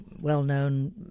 well-known